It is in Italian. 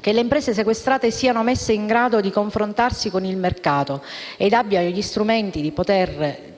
che le imprese sequestrate siano messe in grado di confrontarsi con il mercato ed abbiano gli strumenti per poter